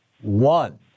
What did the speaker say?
one